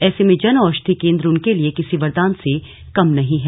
ऐसे में जन औशधि केंद्र उनके लिए किसी वरदान से कम नहीं हैं